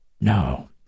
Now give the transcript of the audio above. No